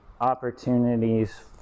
opportunities